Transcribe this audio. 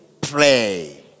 Pray